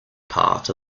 part